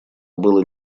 было